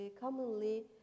commonly